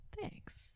thanks